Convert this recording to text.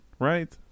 right